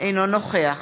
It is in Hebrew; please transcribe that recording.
אינו נוכח